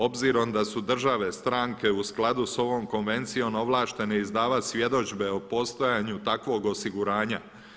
Obzirom da su države stranke u skladu s ovom konvencijom ovlaštene izdavati svjedodžbe o postojanju takvog osiguranja.